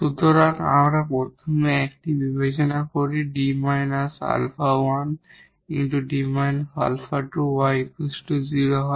সুতরাং আমরা প্রথমে এটি বিবেচনা করি 𝐷 𝛼1 𝐷 𝛼2 𝑦 0 হয়